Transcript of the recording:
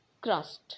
crust